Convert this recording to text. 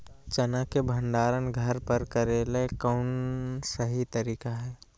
चना के भंडारण घर पर करेले कौन सही तरीका है?